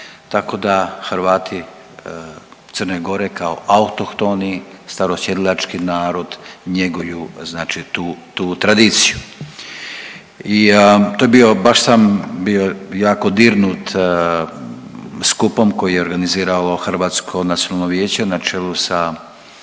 tako da Hrvati Crne Gore kao autohtoni starosjedilački narod njeguju znači tu tradiciju. To je bio, baš sam bio jako dirnut skupom koji je organiziralo Hrvatsko nacionalno vijeće na čelu sa g.